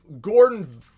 Gordon